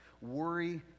Worry